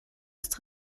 ist